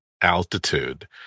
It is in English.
altitude